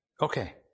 Okay